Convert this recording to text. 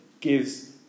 gives